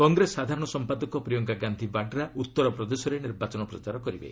କଂଗ୍ରେସ ସାଧାରଣ ସମ୍ପାଦନ ପ୍ରିୟଙ୍କା ଗାନ୍ଧି ବାଡ୍ରା ଉତ୍ତର ପ୍ରଦେଶରେ ନିର୍ବାଚନ ପ୍ରଚାର କରିବେ